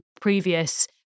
previous